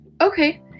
okay